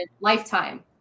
lifetime